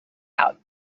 out